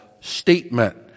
statement